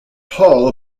paul